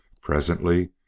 Presently